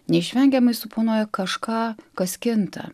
neišvengiamai suponuoja kažką kas kinta